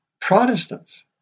Protestants